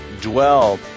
dwell